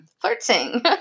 Flirting